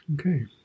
Okay